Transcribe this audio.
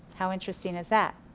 how interesting is that.